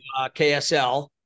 KSL